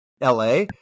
LA